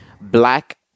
black